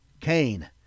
Cain